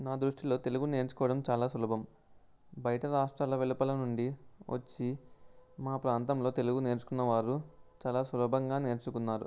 నా దృష్టిలో తెలుగు నేర్చుకోవడం చాలా సులభం బయట రాష్ట్రాల వెలుపల నుండి వచ్చి మా ప్రాంతంలో తెలుగు నేర్చుకున్న వారు చాలా సులభంగా నేర్చుకున్నారు